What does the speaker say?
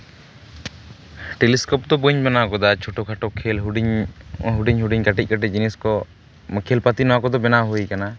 telescope ᱫᱚ ᱵᱟᱹᱧ ᱧᱮᱞ ᱵᱟᱲᱟᱣ ᱠᱟᱫᱟ ᱪᱷᱚᱴᱳ ᱠᱷᱟᱴᱳ ᱠᱷᱮᱹᱞ ᱦᱩᱰᱤᱧ ᱦᱩᱰᱤᱧ ᱠᱟᱹᱴᱤᱡ ᱠᱟᱹᱴᱤᱡ ᱡᱤᱱᱤᱥ ᱠᱚ ᱠᱷᱮᱞ ᱯᱟᱛᱤ ᱱᱚᱣᱟ ᱠᱚᱫᱚ ᱵᱮᱱᱟᱣ ᱦᱩᱭ ᱠᱟᱱᱟ